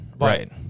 Right